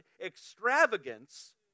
extravagance